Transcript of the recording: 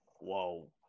Whoa